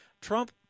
Trump